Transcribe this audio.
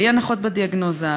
בלי הנחות בדיאגנוזה,